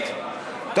באמת.